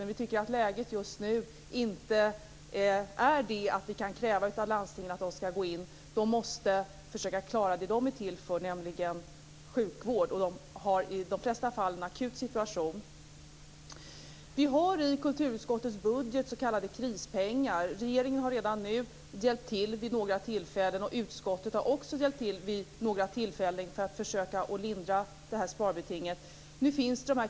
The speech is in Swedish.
Men läget just nu är inte sådant att vi kan kräva att landstingen skall gå in. De måste försöka att klara det som de är till för, nämligen sjukvård. I de flesta fall befinner sig landstingen i en akut situation. I kulturutskottets budget ingår det s.k. krispengar. Regeringen och utskottet har vid några tillfällen hjälpt till för att försöka lindra sparbetinget.